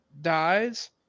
dies